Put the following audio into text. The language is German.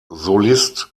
solist